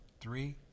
Three